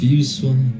useful